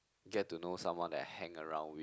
get to know someone that I hang around with